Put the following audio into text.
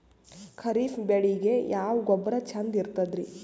ಖರೀಪ್ ಬೇಳಿಗೆ ಯಾವ ಗೊಬ್ಬರ ಚಂದ್ ಇರತದ್ರಿ?